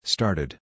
Started